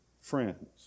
friends